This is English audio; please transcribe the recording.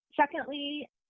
secondly